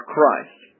Christ